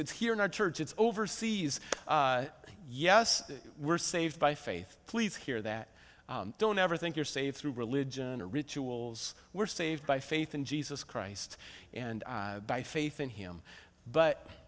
it's here in our church it's overseas yes we're saved by faith please hear that don't ever think you're saved through religion or rituals were saved by faith in jesus christ and by faith in him but